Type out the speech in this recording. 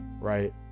Right